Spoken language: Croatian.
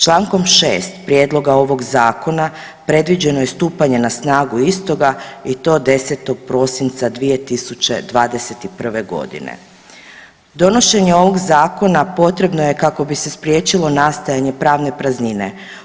Čl. 6. prijedloga ovog zakona predviđeno je stupanje na snagu istoga i to 10. prosinca 2021.g. Donošenje ovog zakona potrebno je kako bi se spriječilo nastajanje pravne praznine.